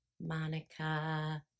Monica